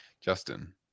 justin